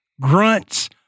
grunts